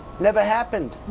never happened!